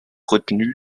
retenu